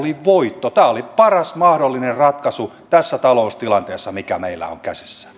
tämä oli paras mahdollinen ratkaisu tässä taloustilanteessa mikä meillä on käsissä